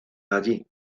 ahí